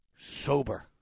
sober